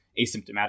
asymptomatic